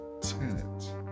tenant